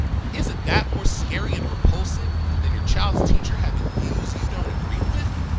isn't that more scary and repulsive than your child's teacher having views you don't agree with?